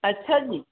ਅੱਛਾ ਜੀ